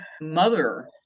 mother